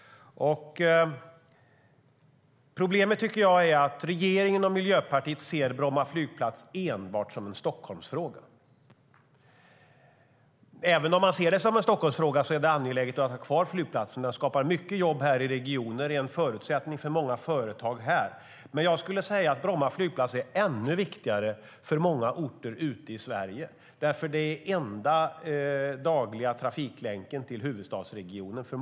Problemet är att regeringen och Miljöpartiet ser Bromma flygplats som enbart en Stockholmsfråga. Men även om man ser det som en Stockholmsfråga är det angeläget att ha kvar flygplatsen. Den skapar mycket jobb i regionen och är en förutsättning för många företag här. Men jag skulle säga att Bromma flygplats är ännu viktigare för många orter ute i Sverige. För många orter är det den enda dagliga trafiklänken till huvudstadsregionen.